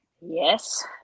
Yes